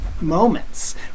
moments